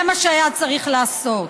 זה מה שהיה צריך לעשות.